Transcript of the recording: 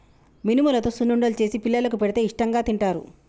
మినుములతో సున్నుండలు చేసి పిల్లలకు పెడితే ఇష్టాంగా తింటారు